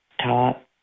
top